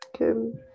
okay